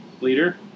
Leader